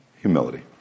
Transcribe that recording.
Humility